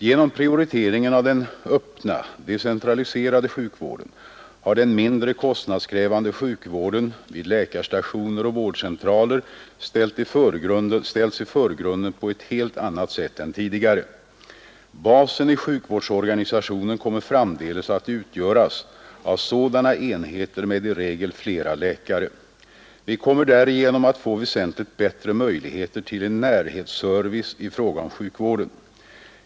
Genom prioriteringen av den öppna decentraliserade sjukvården har den mindre kostnadskrävande sjukvården vid läkarstationer och vårdcentraler ställts i förgrunden på ett helt annat sätt än tidigare. Basen i sjukvårdsorganisationen kommer framdeles att utgöras av sådana enheter med i regel flera läkare. Vi kommer därigenom att få väsentligt bättre möjligheter till en närhetsservice i fråga om sjukvården.